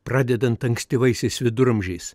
pradedant ankstyvaisiais viduramžiais